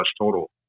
total